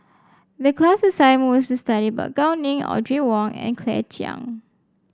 the class assignment was to study about Gao Ning Audrey Wong and Claire Chiang